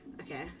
okay